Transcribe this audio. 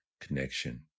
connection